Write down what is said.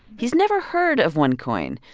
he's never heard of onecoin.